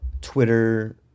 Twitter